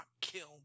kill